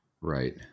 Right